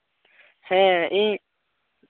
ᱦᱮᱸ ᱤᱧ